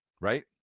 right